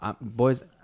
Boys